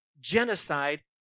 genocide